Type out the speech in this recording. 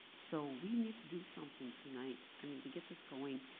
so we need to do something tonight. i mean to get this going,